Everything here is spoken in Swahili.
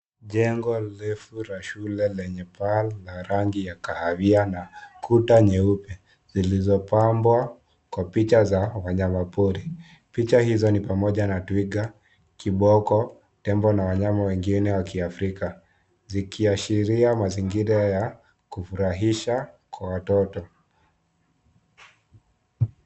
Jengo refu la shule lenye paa la rangi ya kahawia na kuta nyeupe, zilizo pambwa, kwa picha za, wanyama pori, picha hizo ni pamoja na twiga, kiboko, tembo na wanyama wengine wa kiafrika, zikiashiria mazingira ya kufurahisha, kwa watoto.